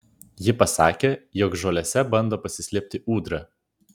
ji pasakė jog žolėse bando pasislėpti ūdra